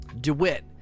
DeWitt